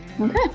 okay